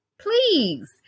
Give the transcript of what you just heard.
Please